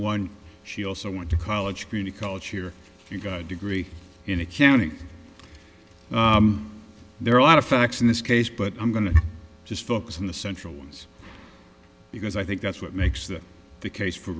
one she also went to college community college here you got a degree in accounting there are a lot of facts in this case but i'm going to just focus on the central ones because i think that's what makes the case for